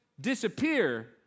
disappear